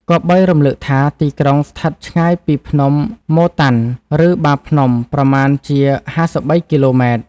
គប្បីរំលឹកថា ទីក្រុងស្ថិតឆ្ងាយពីភ្នំ ម៉ូ តាន់ ឬ បាភ្នំ ប្រមាណជា ៥៣ គីឡូម៉ែត្រ ។